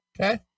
Okay